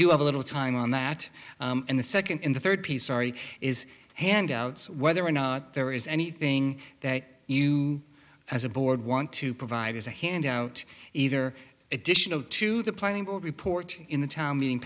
do have a little time on that and the second in the third piece sorry is handouts whether or not there is anything that you as a board want to provide is a handout either additional to the planning report in the town meeting